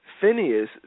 Phineas